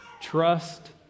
trust